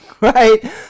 right